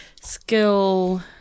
skill